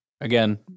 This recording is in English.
Again